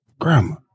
grandma